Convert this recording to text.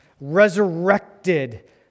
Resurrected